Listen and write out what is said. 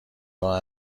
راه